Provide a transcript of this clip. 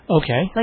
Okay